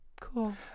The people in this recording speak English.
cool